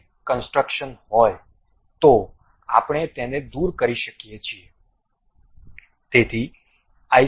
જો તે કનસ્ટ્રક્શન હોય તો આપણે તેને દૂર કરી શકીએ છીએ